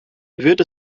wird